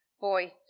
Boy